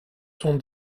ton